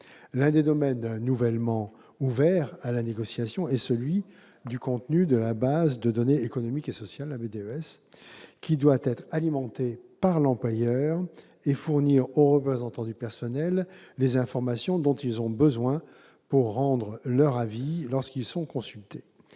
L'un des domaines nouvellement ouverts à la négociation est celui du contenu de la base de données économiques et sociales, la BDES, qui doit être alimentée par l'employeur et fournir aux représentants du personnel les informations dont ils ont besoin pour rendre leurs avis lorsqu'ils sont consultés.